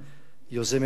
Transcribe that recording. יוזמת הדיון,